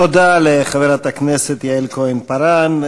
תודה לחברת הכנסת יעל כהן-פארן.